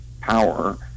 power